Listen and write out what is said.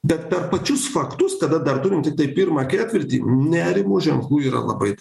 bet per pačius faktus kada dar turim tiktai pirmą ketvirtį nerimo ženklų yra labai